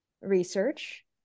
research